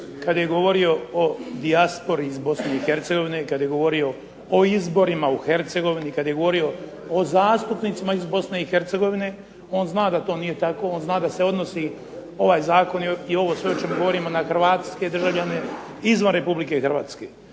kad je govorio o dijaspori iz BiH, kad je govorio o izborima u Hercegovini, kad je govorio o zastupnicima iz BiH. On zna da to nije tako, on zna da se odnosi ovaj zakon i ovo sve o čemu govorimo na hrvatske državljane izvan RH.